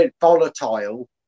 volatile